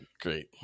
Great